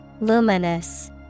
Luminous